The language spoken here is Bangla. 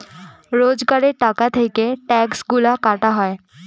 রোজগারের টাকা থেকে ট্যাক্সগুলা কাটা হয়